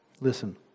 Listen